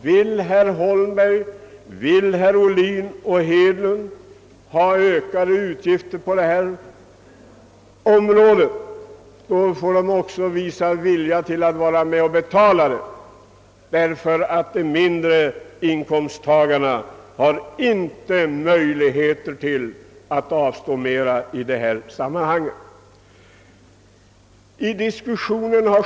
Vill herrar Holmberg, Ohlin och Hedlund få till stånd en ökning av utgifterna på detta område får de också visa sig villiga att betala. Arbetare och bönder med mindre inkomster kan inte avstå mera för försvaret.